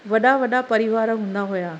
वॾा वॾा परिवार हूंदा हुआ